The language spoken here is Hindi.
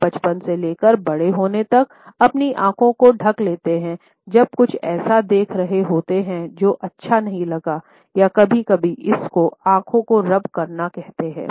आप बचपन से लेकर बड़े होने तक अपनी आँखों को ढँक लेते हैं जब कुछ ऐसा देखा हो जो आपको अच्छा नहीं लगता या कभी कभी इसको आंख को रब करना कहते हैं